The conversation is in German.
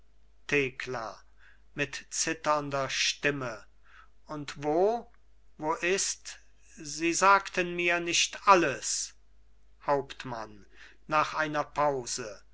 thekla mit zitternder stimme und wo wo ist sie sagten mir nicht alles hauptmann nach einer pause